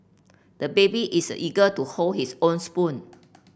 the baby is eager to hold his own spoon